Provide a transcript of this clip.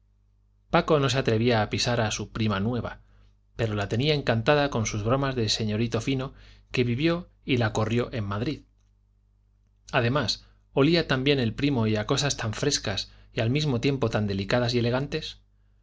paco no se atrevía a pisar a su prima nueva pero la tenía encantada con sus bromas de señorito fino que vivió y la corrió en madrid además olía tan bien el primo y a cosas tan frescas y al mismo tiempo tan delicadas y elegantes